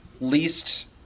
least